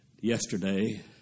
yesterday